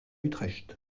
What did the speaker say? utrecht